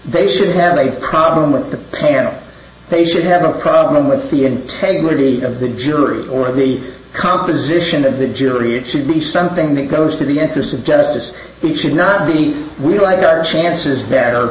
they should have a problem with the parent they should have no problem with the integrity of the jury or the composition of the jury it should be something that goes to the interest of justice we should not be we like our chances better